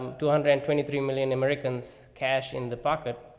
two hundred and twenty three million americans cash in the pocket,